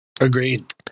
Agreed